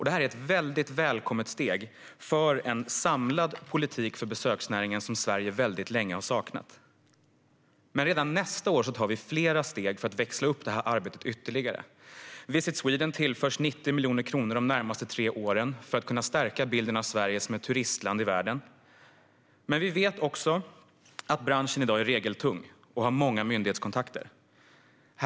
Det är ett mycket välkommet steg för en samlad politik för besöksnäringen, som Sverige länge har saknat. Och redan nästa år tar vi fler steg för att växla upp arbetet ytterligare. Visit Sweden tillförs 90 miljoner kronor de närmaste tre åren för att kunna stärka bilden av Sverige som ett turistland i världen. Vi vet att branschen i dag är regeltung och har många myndighetskontakter.